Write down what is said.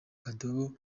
kadobo